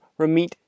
Ramit